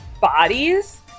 bodies